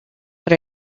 put